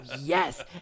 yes